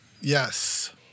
Yes